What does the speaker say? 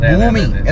Booming